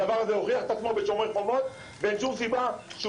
הדבר הזה הוכיח את עצמו בשומר חומות ואין שום סיבה שהוא